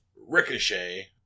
Ricochet